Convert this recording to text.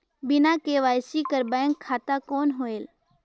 बिना के.वाई.सी कर बैंक खाता कौन होएल?